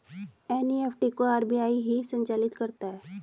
NEFT को RBI ही संचालित करता है